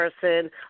person